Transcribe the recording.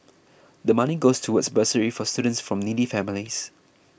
the money goes towards bursaries for students from needy families